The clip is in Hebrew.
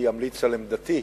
אני אמליץ על עמדתי,